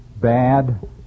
bad